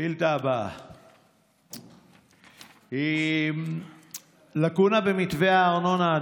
השאילתה הבאה: לקונה במתווה ההנחה בארנונה.